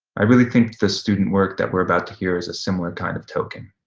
i really think the student work that we're about to hear is a similar kind of token.